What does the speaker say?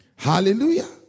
Hallelujah